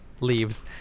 leaves